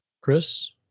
Chris